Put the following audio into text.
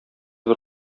бер